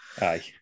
Aye